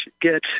get